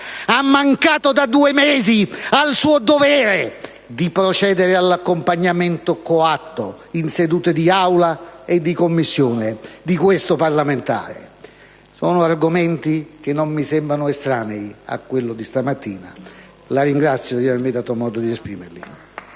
ha mancato da due mesi al suo dovere di procedere all'accompagnamento coatto alle sedute di Aula e di Commissione di questo parlamentare? Sono argomenti che non mi sembrano estranei a quello di stamattina. La ringrazio di avermi dato modo di esprimerli.